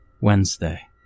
Wednesday